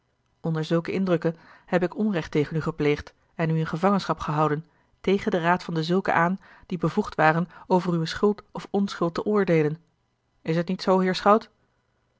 onder zulke indrukken heb ik onrecht tegen u gepleegd en u in gevangenschap gehouden tegen den raad van dezulken aan die bevoegd waren over uwe schuld of onschuld te oordeelen is het niet zoo heer schout